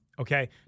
okay